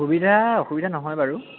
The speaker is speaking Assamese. সুবিধা অসুবিধা নহয় বাৰু